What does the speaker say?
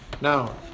Now